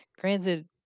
Granted